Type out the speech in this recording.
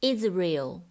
Israel